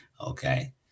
Okay